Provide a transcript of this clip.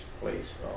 place